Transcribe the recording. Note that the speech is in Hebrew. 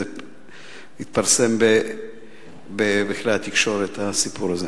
הסיפור הזה התפרסם בכלי התקשורת.